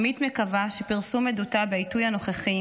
עמית מקווה שפרסום עדותה בעיתוי הנוכחי,